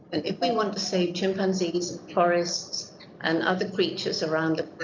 and if we want to see chimpanzees and forests and other creatures around the